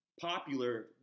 popular